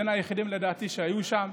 בין היחידים, לדעתי, שהיו שם.